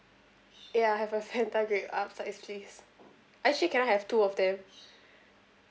ya I'll have a fanta grape upsize please actually can I have two of them